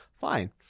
Fine